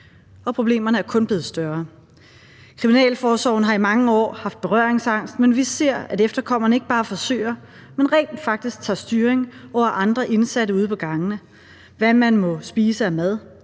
Og problemerne er kun blevet større ... Kriminalforsorgen har i mange år haft berøringsangst, men vi ser, at efterkommerne ikke bare forsøger, men faktisk tager styring over andre indsatte ude på gangene – hvad man må spise af mad,